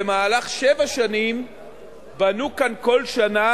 בשבע שנים בנו כאן כל שנה,